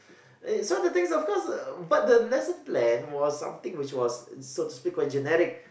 and uh the thing is of course uh but the lesson planned was something which was so to speak generic